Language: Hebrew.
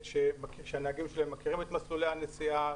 שהנהגים שלהם מכירים את מסלולי הנסיעה,